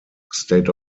state